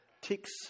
ticks